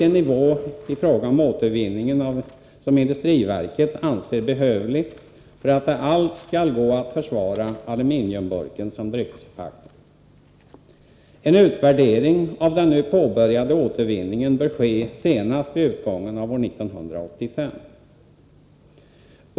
en nivå i fråga om återvinning, som industriverket anser vara behövlig för att det alls skall gå att försvara aluminiumburken som en dryckesförpackning. En utvärdering av den nu påbörjade återvinningen bör ske senast vid utgången av år 1985.